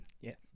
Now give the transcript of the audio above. Yes